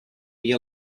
you